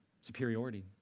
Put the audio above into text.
superiority